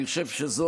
אני חושב שזה